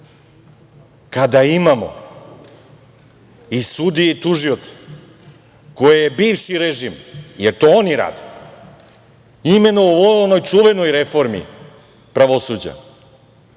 kada imamo i sudije i tužioce koje je bivši režim, jer to oni rade, imenovao u onoj čuvenoj reformi pravosuđa,